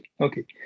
okay